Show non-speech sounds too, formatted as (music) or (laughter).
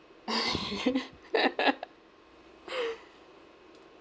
(laughs)